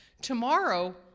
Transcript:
tomorrow